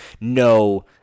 no